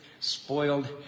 spoiled